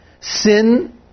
Sin